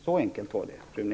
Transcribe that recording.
Så enkelt var det, Rune